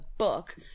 book